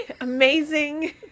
amazing